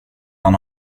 han